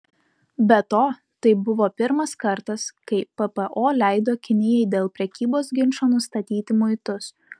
be to tai buvo pirmas kartas kai ppo leido kinijai dėl prekybos ginčo nustatyti muitus